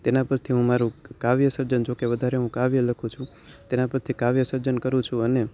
તેના પરથી હું મારું કાવ્ય સર્જન જો કે વધારે હું કાવ્ય લખું છું તેના પરથી કાવ્ય સર્જન કરું છું અને